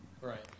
Right